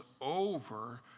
over